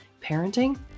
parenting